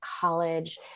college